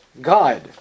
God